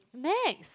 Nex